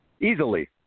easily